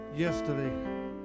Yesterday